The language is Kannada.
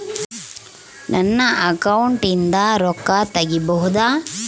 ನನ್ನ ಅಕೌಂಟಿಂದ ರೊಕ್ಕ ತಗಿಬಹುದಾ?